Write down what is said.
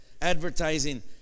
advertising